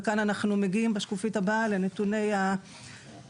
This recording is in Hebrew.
וכאן אנחנו מגיעים בשקופית הבאה לנתוני קורבנות.